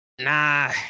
Nah